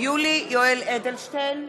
יולי יואל אדלשטיין,